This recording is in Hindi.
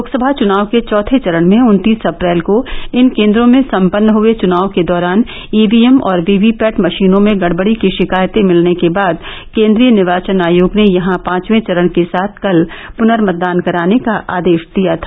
लोकसभा चुनाव के चौथे चरण में उन्तीस अप्रैल को इन केन्द्रों में सम्पन्न हए चुनाव के दौरान ईवीएम और वीवी पैट मषीनों में गड़बड़ी की षिकायतें मिलने के बाद केन्द्रीय निर्वाचन आयोग ने यहां पांचवें चरण के साथ कल प्नर्मतदान कराने का आदेष दिया था